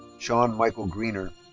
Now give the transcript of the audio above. sean michael greener.